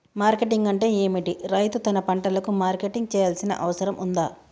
Marketing అంటే ఏమిటి? రైతు తన పంటలకు మార్కెటింగ్ చేయాల్సిన అవసరం ఉందా?